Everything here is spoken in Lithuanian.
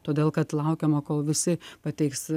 todėl kad laukiama kol visi pateiks